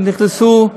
והם נכנסו,